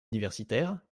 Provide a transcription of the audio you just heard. universitaires